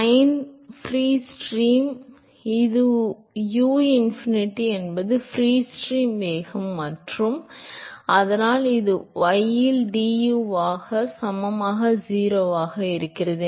pine free stream ஒரு U infinity என்பது free stream வேகம் மற்றும் அதனால் அது y இல் dயூ ஆல் டு வை சமமாக 0 க்கு சமமாக rho u இன்ஃபினிட்டி ஸ்கொயர் 2 ஆல் வகுக்கப்படுகிறது